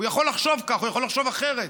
הוא יכול לחשוב כך, הוא יכול לחשוב אחרת,